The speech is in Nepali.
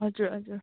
हजुर हजुर